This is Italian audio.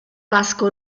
vasco